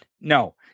No